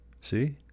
See